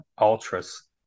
ultras